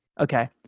Okay